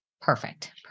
Perfect